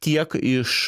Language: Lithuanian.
tiek iš